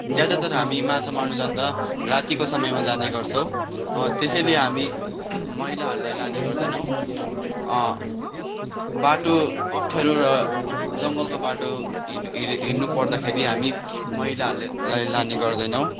ज्यादातर हामी माछा मार्नु जाँदा रातिको समयमा जाने गर्छौँ त्यसैले हामी महिलाहरलाई लाने गर्दैनौँ बाटो अप्ठ्यारो र जङ्गलको बाटो हि हिड् हिँड्नु पर्दाखेरि हामी महिलाहरूलाई लाने गर्दैनौँ